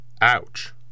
Ouch